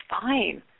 fine